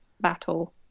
battle